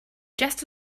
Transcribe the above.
just